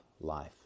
life